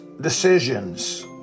decisions